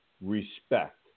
respect